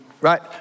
right